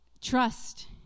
trust